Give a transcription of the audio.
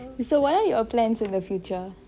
so what are your plans in the future